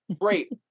great